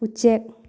ꯎꯆꯦꯛ